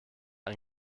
ein